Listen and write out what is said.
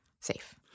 safe